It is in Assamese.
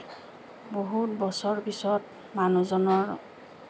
বহুত বছৰৰ পিছত মানুহজনৰ